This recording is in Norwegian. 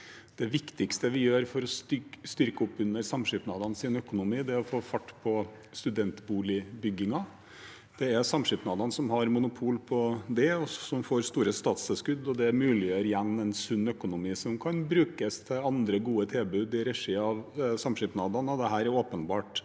Det viktigste vi gjør for å styrke samskipnadenes økonomi, er å få fart på studentboligbyggingen. Det er samskipnadene som har monopol på det, og som får store statstilskudd. Det muliggjør igjen en sunn økonomi som kan brukes til andre gode tilbud i regi av samskipnadene, og dette er åpenbart